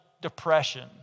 depression